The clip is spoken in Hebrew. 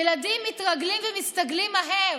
ילדים מתרגלים ומסתגלים מהר.